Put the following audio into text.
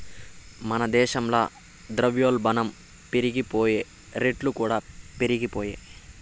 మన దేశంల ద్రవ్యోల్బనం పెరిగిపాయె, రేట్లుకూడా పెరిగిపాయె